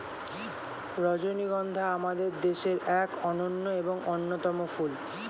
রজনীগন্ধা আমাদের দেশের এক অনন্য এবং অন্যতম ফুল